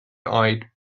eyed